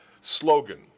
slogan